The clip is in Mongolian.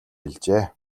хэлжээ